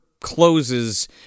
closes